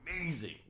amazing